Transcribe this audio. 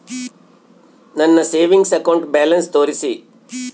ನನ್ನ savings account balance ತೋರಿಸಿ?